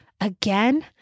again